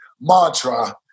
mantra